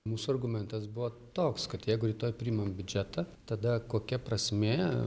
mūsų argumentas buvo toks kad jeigu rytoj priimam biudžetą tada kokia prasmė